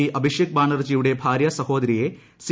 P Abhishek ബാനർജിയുടെ ഭാര്യാസഹോദരിയെ C